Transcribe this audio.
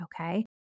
okay